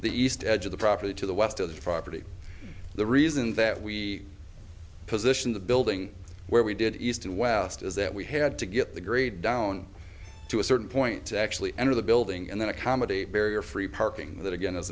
the east edge of the property to the west of the property the reason that we position the building where we did east and west is that we had to get the grade down to a certain point to actually enter the building and then accommodate barrier free parking that again is